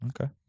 Okay